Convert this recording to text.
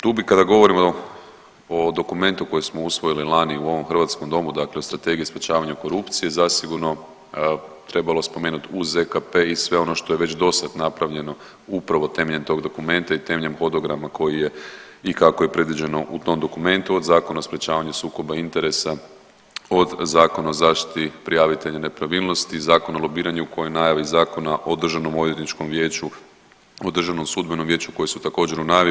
Tu bi kada govorimo o dokumentu koji smo usvojili lani u ovom hrvatskom domu dakle o Strategiji sprječavanja korupcije zasigurno trebalo spomenut uz ZKP i sve ono što je već dosad napravljeno upravo temeljem tog dokumenta i temeljem hodograma koji je i kako je predviđeno u tom dokumentu od Zakona o sprječavanju sukoba interesa, od Zakona o zaštiti prijavitelja nepravilnosti, Zakon o lobiranju koji je u najavi, Zakona o državnom odvjetničkom vijeću, o DSV koji su također u najavi.